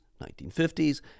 1950s